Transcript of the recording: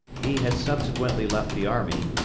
he had subsequently left the army,